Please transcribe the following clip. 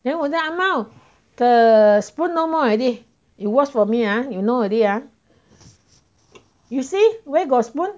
then 我叫阿毛 the spoon no more already you wash for me ah you know already ah you see where got spoon